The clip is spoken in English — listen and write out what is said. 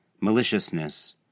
maliciousness